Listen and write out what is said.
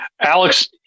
Alex